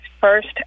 first